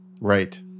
Right